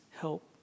help